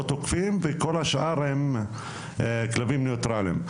תוקפים וכל השאר הם כלבים ניטרליים.